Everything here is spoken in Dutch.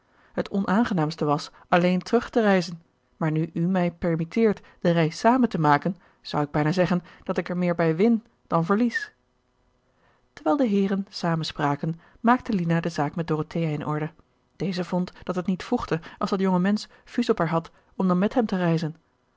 het onaangenaamste was alleen terug te reizen maar nu u mij permitteert de reis zamen te maken zou ik bijna zeggen dat ik er meer bij win dan verlies terwijl de heeren zamen spraken maakte lina de zaak met dorothea in orde deze vond dat het niet voegde als dat jonge mensch vues op haar had om dan met hem te reizen